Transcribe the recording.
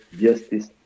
justice